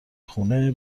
خونه